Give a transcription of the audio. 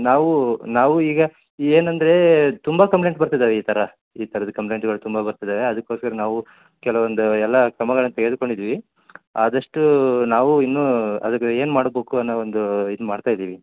ನಾವು ನಾವು ಈಗ ಏನಂದ್ರೆ ತುಂಬ ಕಂಪ್ಲೇಂಟ್ ಬರ್ತಿದಾವೆ ಈ ಥರ ಈ ಥರದ್ದು ಕಂಪ್ಲೇಂಟ್ಗಳು ತುಂಬ ಬರ್ತಿದ್ದಾವೆ ಅದಕ್ಕೋಸ್ಕರ ನಾವು ಕೆಲವೊಂದು ಎಲ್ಲ ಕ್ರಮಗಳನ್ನು ತೆಗೆದುಕೊಂಡಿದ್ದೀವಿ ಆದಷ್ಟು ನಾವು ಇನ್ನು ಅದಕ್ಕೆ ಏನು ಮಾಡ್ಬೇಕು ಅನ್ನೋ ಒಂದು ಇದು ಮಾಡ್ತಾ ಇದ್ದೀವಿ